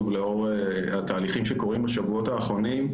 לאור התהליכים שקורים בשבועות האחרונים,